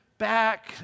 back